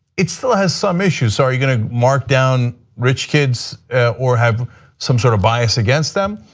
it still has some issues. so are you going to markdown rich kids or have some sort of bias against them?